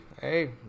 Hey